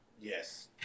Yes